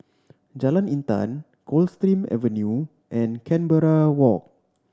Jalan Intan Coldstream Avenue and Canberra Walk